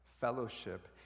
fellowship